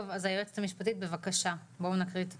היועצת המשפטית, בבקשה, בואו נקריא את הצו.